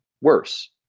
worse